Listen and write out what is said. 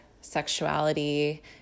sexuality